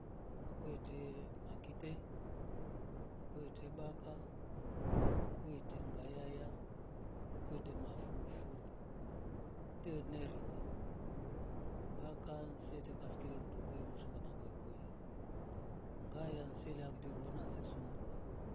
Kwete makite. kwete baka. kwete ngayaya. kwete mafufuru ndo yeginga baka ngayaya sela mbirwa na sesumbwa.